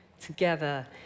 together